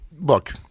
Look